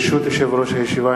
ברשות יושב-ראש הישיבה,